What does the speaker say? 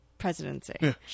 presidency